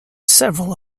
several